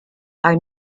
are